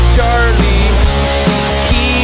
Charlie